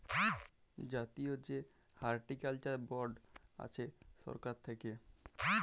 জাতীয় যে horticulture board আছে সরকার থাক্যে